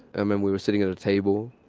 and and we were sitting at a table,